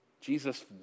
Jesus